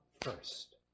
first